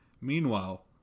Meanwhile